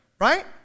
Right